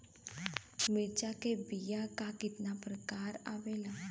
मिर्चा के बीया क कितना प्रकार आवेला?